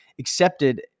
accepted